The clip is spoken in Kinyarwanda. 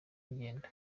ingendo